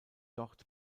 dort